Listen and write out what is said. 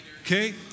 Okay